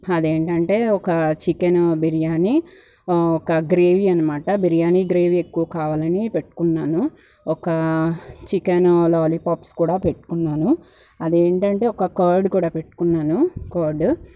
అదేంటంటే ఒక చికెన్ బిర్యానీ ఒక గ్రేవి అనమాట బిర్యానీ గ్రేవీ ఎక్కువ కావాలని పెట్టుకున్నాను ఒక చికెన్ లాలీపాప్స్ కూడా పెట్టుకున్నాను అదేంటంటే ఒక కర్డు కూడా పెట్టుకున్నాను కర్డు